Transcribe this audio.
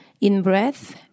in-breath